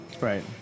Right